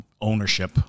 ownership